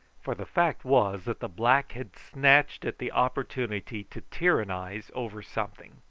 for the fact was that the black had snatched at the opportunity to tyrannise over something.